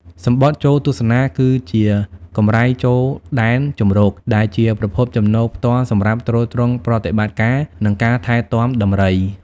សំបុត្រចូលទស្សនា គឺជា កម្រៃចូលដែនជម្រក ដែលជាប្រភពចំណូលផ្ទាល់សម្រាប់ទ្រទ្រង់ប្រតិបត្តិការ និងការថែទាំដំរី។